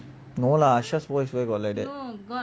no lah ashash voice where got like that